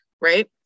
Right